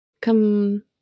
come